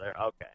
Okay